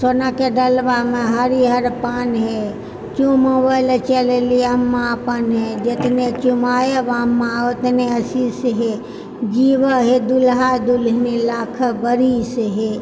सोनाके डलवामे हरियर पान हे चूमय लय चललि अम्मा अपने जितने चुमायब अम्मा उतने आशीष हे जीबह हे दुल्हा दुलहिन लाखो बरिस हे